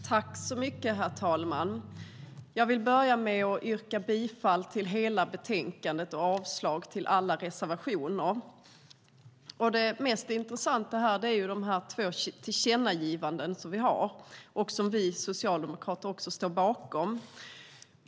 Herr talman! Jag vill börja med att yrka bifall till hela betänkandet och avslag på alla reservationer. Det mest intressanta i betänkandet är våra två tillkännagivanden som vi socialdemokrater står bakom.